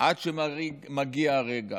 עד שמגיע הרגע